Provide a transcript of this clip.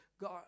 God